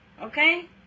Okay